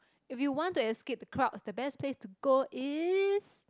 if you want to escape the crowds the best place to go is